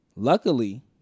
Luckily